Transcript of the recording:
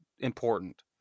important